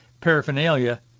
paraphernalia